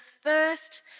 first